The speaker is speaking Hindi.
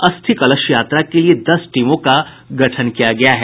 अस्थि कलश यात्रा के लिए दस टीमों का गठन किया गया है